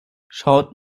schaut